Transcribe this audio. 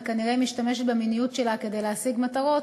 ושכנראה היא משתמשת במיניות שלה כדי "להשיג מטרות",